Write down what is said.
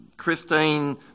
Christine